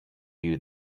you